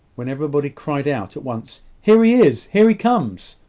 when every body cried out at once, here he is! here he comes!